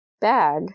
bag